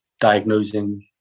diagnosing